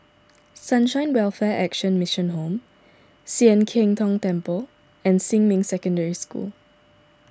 Sunshine Welfare Action Mission Home Sian Keng Tong Temple and Xinmin Secondary School